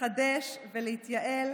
להתחדש ולהתייעל,